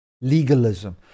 legalism